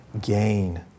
gain